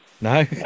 no